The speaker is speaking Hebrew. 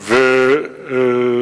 מסמוע.